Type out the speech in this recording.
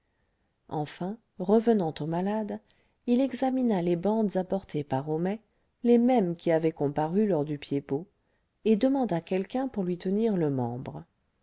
enfin revenant au malade il examina les bandes apportées par homais les mêmes qui avaient comparu lors du piedbot et demanda quelqu'un pour lui tenir le membre